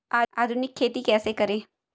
आधुनिक खेती कैसे करें?